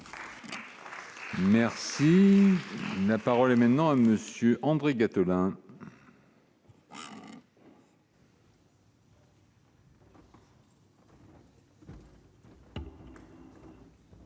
Merci, la parole est maintenant à Monsieur André Gattolin.